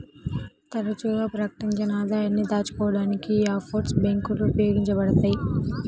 తరచుగా ప్రకటించని ఆదాయాన్ని దాచుకోడానికి యీ ఆఫ్షోర్ బ్యేంకులు ఉపయోగించబడతయ్